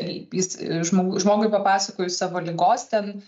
jis žmogu žmogui papasakojus savo ligos ten